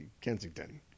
kensington